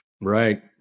Right